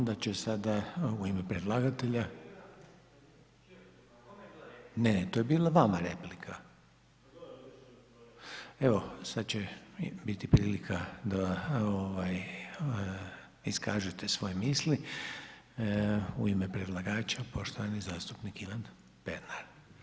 Onda će sada u ime predlagatelja. … [[Upadica sa strane, ne razumije se.]] Ne, to je bilo vama replika. … [[Upadica sa strane, ne razumije se.]] Evo sad će biti prilika da iskaže svoje misli, u ime predlagača, poštovani zastupnik Ivan Pernar.